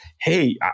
hey